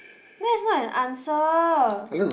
that is not an answer